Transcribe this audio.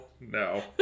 No